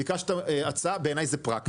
ביקשת הצעה, בעיניי זה פרקטי.